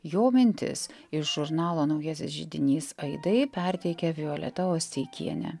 jo mintis iš žurnalo naujasis židinys aidai perteikė violeta osteikienė